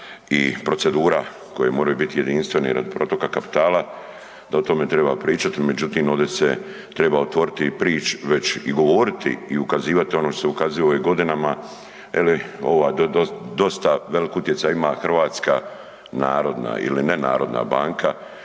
i procedura koje moraju biti jedinstveni radi protoka kapitala, da o tome treba pričati, međutim ovdje se treba otvoriti i prić, već i govoriti i ukazivati ono što se ukazuje godinama jel dosta velik utjecaj ima Hrvatska narodna ili ne narodna banka